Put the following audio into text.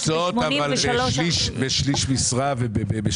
בשליש משרה.